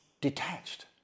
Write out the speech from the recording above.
detached